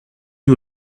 you